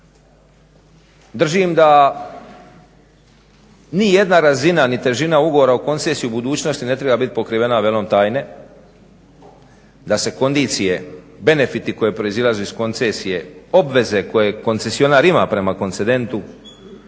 Držim da nijedna razina ni težina ugovora o koncesiji u budućnosti ne treba biti pokrivena velom tajne, da se kondicije, benefiti koji proizlaze iz koncesije, obveze koje koncesionar ima prema koncidentu